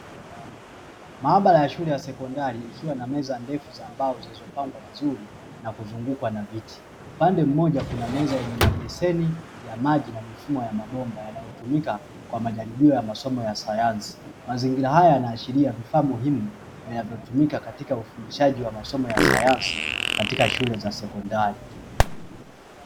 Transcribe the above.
Maabara ya shule ya sekondari ikiwa na meza ndefu za mbao zilizopangwa vizuri na kuzungukwa na viti, upande mmoja kuna meza yenye mabeseni ya maji na mifumo ya mabomba yanayotumika kwa majaribio ya masomo ya sayansi, mazingira haya yanaashiria vifaa muhimu vinavyotumika katika ufundishaji wa masomo ya sayansi katika shule za sekondari.